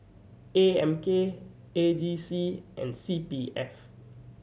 A M K A G C and C P F